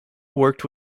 worked